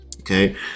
Okay